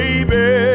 Baby